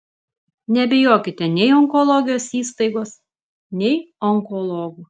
nebijokite nei onkologijos įstaigos nei onkologų